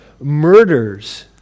murders